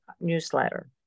newsletter